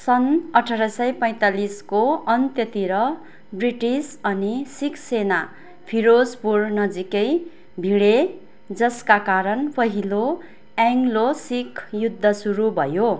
सन् अठार सय पैँतालिसको अन्त्यतिर ब्रिटिस अनि सिख सेना फिरोजपुर नजिकै भिडे जसका कारण पहिलो एङ्ग्लो सिख युद्ध सुरु भयो